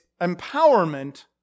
empowerment